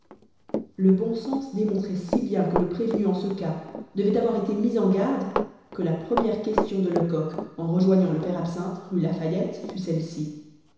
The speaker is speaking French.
le bon sens démontrait si bien que le prévenu en ce cas devait avoir été mis en garde que la première question de lecoq en rejoignant le père absinthe rue lafayette fut celle-ci